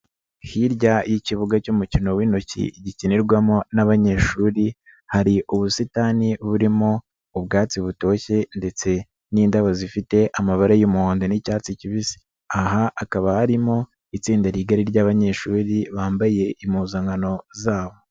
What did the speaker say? Hirya y'ikibuga cy'umukino w'intoki gikinirwamo n'abanyeshuri, hari ubusitani burimo ubwatsi butoshye ndetse n'indabo zifite amabara y'umuhondo n'icyatsi kibisi, aha hakaba harimo itsinda rigari ry'abanyeshuri bambaye impuzankano zabo.